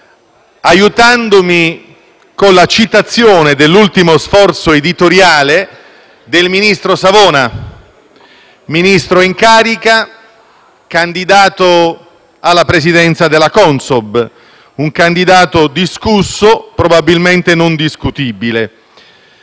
aiutandomi con la citazione dell'ultimo sforzo editoriale del ministro Savona, ministro in carica, candidato alla Presidenza della Consob; un candidato discusso, probabilmente non discutibile.